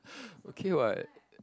okay what